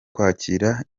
kwakira